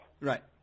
Right